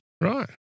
Right